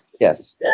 Yes